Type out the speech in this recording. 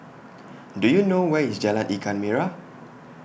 Do YOU know Where IS Jalan Ikan Merah